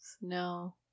no